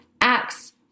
acts